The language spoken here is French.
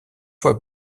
fois